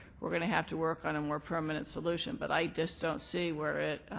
we're going to have to work on a more permanent solution. but i just don't see where it